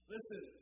Listen